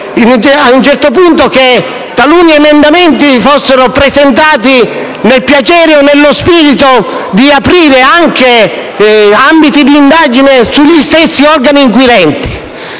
e colleghi - che taluni emendamenti fossero presentati per il piacere o nello spirito di aprire anche ambiti di indagine sugli stessi organi inquirenti,